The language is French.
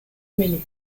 mêlées